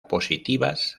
positivas